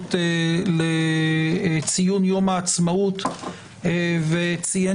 התכנסות לציון יום העצמאות וציין